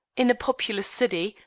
in a populous city,